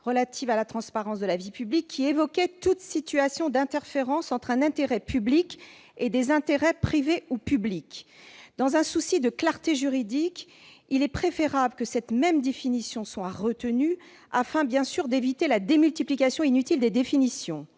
relative à la transparence de la vie publique, qui évoquait « toute situation d'interférence entre un intérêt public et des intérêts publics ou privés ». Dans un souci de clarté juridique, il est préférable que cette même définition soit retenue afin, bien sûr, d'éviter une démultiplication inutile des définitions.